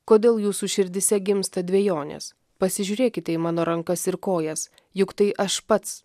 kodėl jūsų širdyse gimsta dvejonės pasižiūrėkite į mano rankas ir kojas juk tai aš pats